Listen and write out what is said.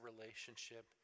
relationship